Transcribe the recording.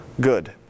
Good